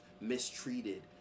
mistreated